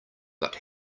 but